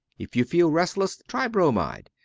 if you feel restless, try bromide,